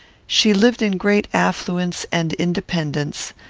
she lived in great affluence and independence,